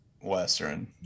Western